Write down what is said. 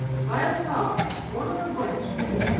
silas hobbs, corner of blank street,